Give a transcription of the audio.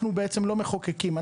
אנחנו לא מחוקקים.